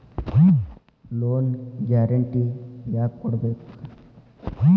Loan guarantee ಯಾಕ್ ಕೊಡ್ಬೇಕು?